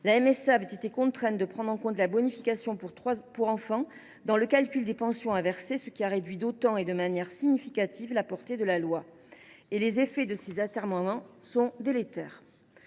La MSA a dû prendre en compte la bonification pour enfants dans le calcul des pensions à verser, ce qui a réduit d’autant, et de manière significative, la portée de la loi. Les effets de ces atermoiements sont délétères.